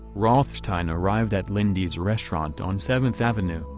rothstein arrived at lindy's restaurant on seventh avenue,